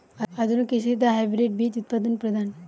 আধুনিক কৃষিতে হাইব্রিড বীজ উৎপাদন প্রধান